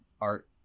art